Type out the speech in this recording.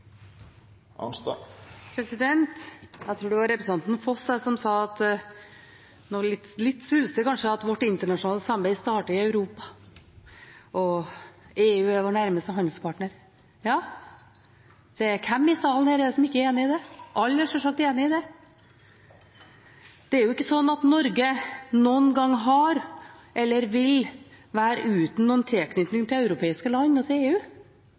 side. Jeg tror det var representanten Foss som sa at vårt internasjonale samarbeid starter i Europa og EU er vår nærmeste handelspartner. Ja, hvem i salen her er ikke enig i det? Alle er sjølsagt enig i det. Det er jo ikke slik at Norge noen gang har vært eller vil være uten noen tilknytning til europeiske land og til EU.